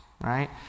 right